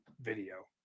video